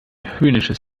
höhnisches